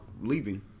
leaving